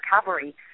recovery